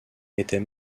était